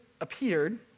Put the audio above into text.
appeared